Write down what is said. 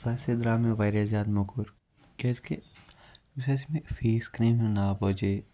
سُہ ہَسا درٛاو مےٚ واریاہ زیادٕ موٚکُر کیازِ کہِ یِتھُے حٕظ مےٚ فیس کریٖم ہُنٛد ناو بوزے